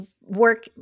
work